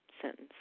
sentence